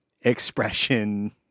expression